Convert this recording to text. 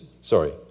sorry